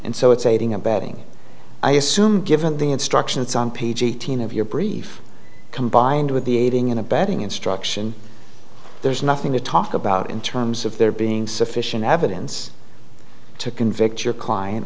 and so it's aiding abetting i assume given the instructions on page eighteen of your brief combined with the aiding and abetting instruction there's nothing to talk about in terms of there being sufficient evidence to convict your client